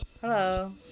Hello